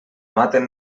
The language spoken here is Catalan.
maten